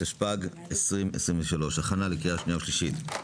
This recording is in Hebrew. התשפ"ג 2023. הכנה לקריאה שנייה ושלישית.